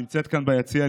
שנמצאת כאן ביציע,